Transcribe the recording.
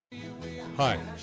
Hi